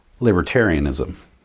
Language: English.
libertarianism